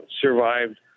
survived